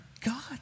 God